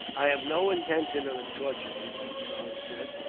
i have no intention of torturing you, charlie said.